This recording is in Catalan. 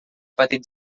petit